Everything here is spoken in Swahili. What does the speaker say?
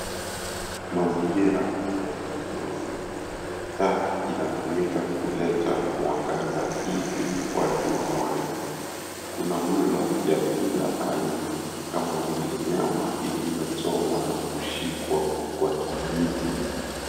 Mazingira ni wakati wa usiku. Taa inatumika kuleta mwangaza ili watu waone. Kuna mlo ya kila aina kama vile nyama iliyochomwa na kushikwa kwa kijiti.